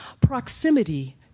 proximity